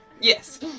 Yes